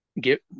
get